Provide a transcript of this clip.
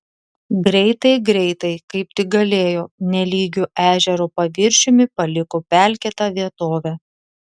greitai greitai kaip tik galėjo nelygiu ežero paviršiumi paliko pelkėtą vietovę